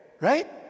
right